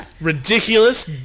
ridiculous